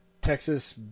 texas